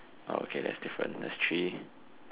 oh okay that's different that's three